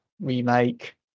remake